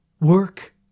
work